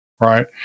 Right